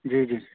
جی جی